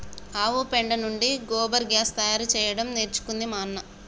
ఆవు పెండ నుండి గోబర్ గ్యాస్ తయారు చేయడం నేర్చుకుంది మా అన్న